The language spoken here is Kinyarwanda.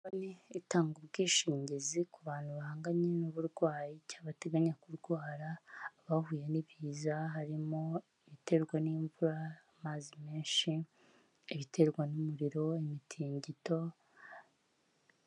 Mu muhanda harimo imodoka isize irangi ry'ubururu, imbere harimo haraturukayo ipikipiki ihetse umuntu, hirya gatoya hahagaze umuntu, ku muhanda hari ibiti binini cyane.